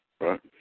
Right